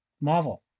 Marvel